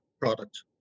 product